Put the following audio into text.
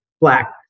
black